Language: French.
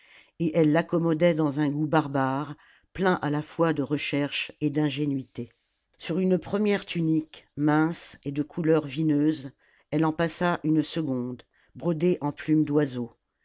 et elle l'accommodait dans un goût barbare plein à la fois de recherche et d'ingénuité sur une première tunique mince et de couleur vineuse elle en passa une seconde brodée en plumes d'oiseaux